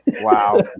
wow